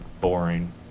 boring